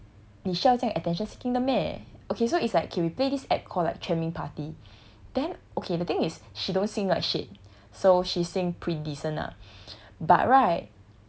你需要这样 attention seeking 的 meh okay so it's like okay we played this app called 全民 party then okay the thing is she don't sing like shit so she sing pretty decent lah but right